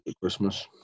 Christmas